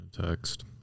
Text